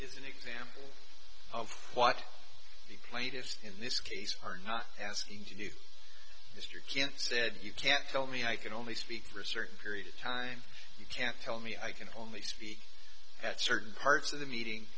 is an example of what the plaintiffs in this case are not asking you mr kant said you can't tell me i can only speak for a certain period of time you can't tell me i can only speak at certain parts of the meeting